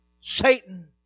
Satan